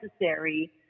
necessary